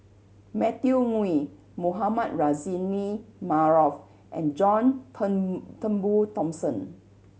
Matthew Ngui Mohamed Rozani Maarof and John Turn Turnbull Thomson